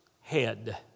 head